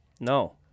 No